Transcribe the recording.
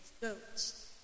goats